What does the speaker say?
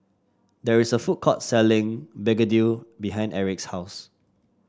there is a food court selling Begedil behind Erich's house